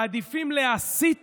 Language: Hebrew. מעדיפים להסית